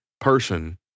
person